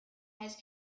has